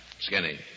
Skinny